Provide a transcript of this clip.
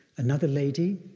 another lady,